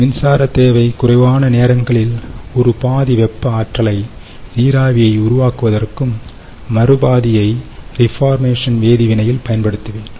மின்சாரத் தேவை குறைவான நேரங்களில் ஒருபாதி வெப்ப ஆற்றலை நீராவியை உருவாக்குவதற்கும்மறுபாதியை ரீபார்மேஷன் வேதிவினையில் பயன்படுத்துவேன்